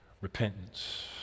repentance